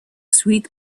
sweet